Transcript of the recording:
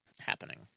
happening